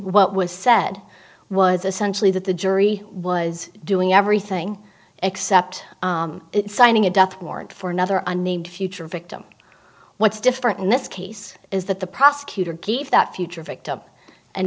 what was said was essentially that the jury was doing everything except signing a death warrant for another unnamed future victim what's different in this case is that the prosecutor gave that future victim a